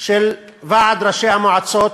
של ועד ראשי המועצות,